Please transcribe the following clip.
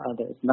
others